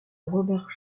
robert